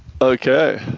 Okay